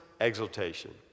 exaltation